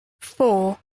four